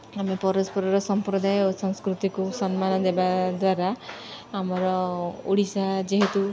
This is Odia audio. ଆମେ ପରସ୍ପରର ସମ୍ପ୍ରଦାୟ ଓ ସଂସ୍କୃତିକୁ ସମ୍ମାନ ଦେବା ଦ୍ୱାରା ଆମର ଓଡ଼ିଶା ଯେହେତୁ